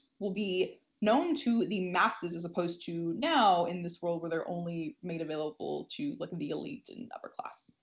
will be known to the masses. as opposed to now in this world where they're only made available to like the elite in the upper class.